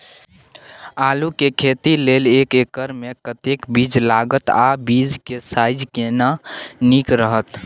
आलू के खेती लेल एक एकर मे कतेक बीज लागत आ बीज के साइज केना नीक रहत?